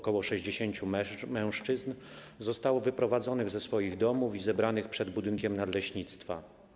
Ok. 60 mężczyzn zostało wprowadzonych ze swoich domów i zebranych przed budynkiem nadleśnictwa.